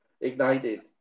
ignited